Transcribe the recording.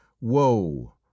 woe